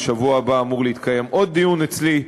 ובשבוע הבא אמור להתקיים עוד דיון אצלי.